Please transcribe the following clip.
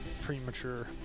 premature